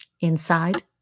inside